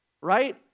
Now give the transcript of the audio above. right